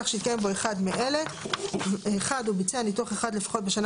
שהתקיים בו אחד מאלה: הוא ביצע ניתוח אחד לפחות בשנה